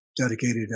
dedicated